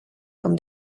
com